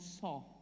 saw